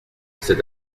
cet